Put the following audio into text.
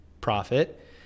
profit